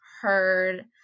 heard